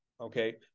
Okay